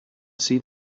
see